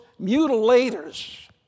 mutilators